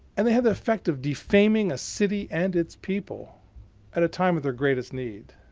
and they had the effect of defaming a city and its people at a time of their greatest need.